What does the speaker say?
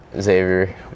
Xavier